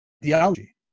Theology